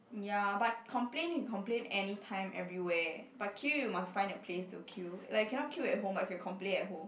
ya but complain we complain anytime everywhere but queue you must find a place to queue like you cannot queue at home but you can complain at home